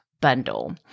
bundle